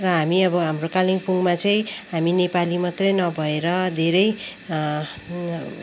र हामी अब हाम्रो कालिम्पोङमा चाहिँ हामी नेपाली मात्रै नभएर धेरै